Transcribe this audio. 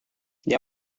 dia